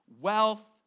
wealth